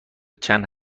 چند